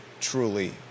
truly